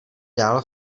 dál